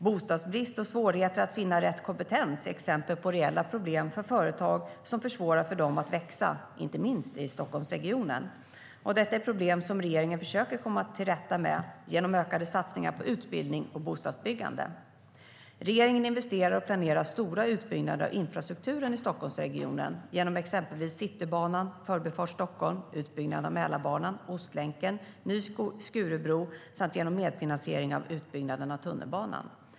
Bostadsbrist och svårigheter att finna rätt kompetens är exempel på reella problem för företag som försvårar för dem att växa inte minst i Stockholmsregionen. Detta är problem som regeringen försöker komma till rätta med genom ökade satsningar på utbildning och bostadsbyggande. Regeringen investerar och planerar stora utbyggnader av infrastrukturen i Stockholmsregionen genom exempelvis Citybanan, Förbifart Stockholm, utbyggnaden av Mälarbanan, Ostlänken, ny Skurubro samt genom medfinansiering utbyggnaden av tunnelbanan.